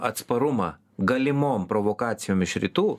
atsparumą galimom provokacijom iš rytų